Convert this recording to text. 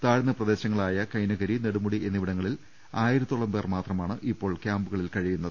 താഴ്ന്ന പ്രദേശങ്ങളായി കൈനകരി നെടുമുടി എന്നിവടങ്ങ ളിൽ ആയിരത്തോളം പേർ മാത്രമാണ് ഇപ്പോൾ ദുരിതാശ്വാസ ക്യാമ്പിൽ കഴിയുന്നത്